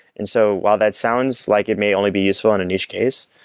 and so while that sounds like it may only be useful in a niche case,